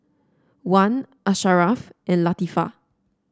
Wan Asharaff and Latifa